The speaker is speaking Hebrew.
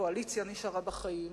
הקואליציה נשארה בחיים,